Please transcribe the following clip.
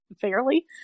fairly